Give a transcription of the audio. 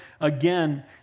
again